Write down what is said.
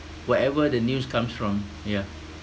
whatever the news comes from yeah